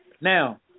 Now